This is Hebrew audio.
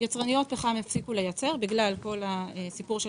יצרניות פחם הפסיקו לייצר בגלל כל הסיפור של